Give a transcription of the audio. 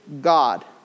God